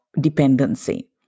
dependency